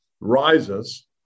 rises